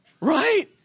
Right